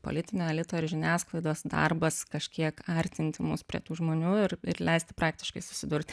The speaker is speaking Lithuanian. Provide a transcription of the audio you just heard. politinio elito ir žiniasklaidos darbas kažkiek artinti mus prie tų žmonių ir leisti praktiškai susidurti